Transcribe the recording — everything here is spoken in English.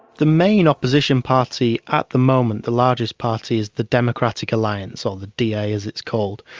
the main opposition party at the moment, the largest party is the democratic alliance, or the da as it's called.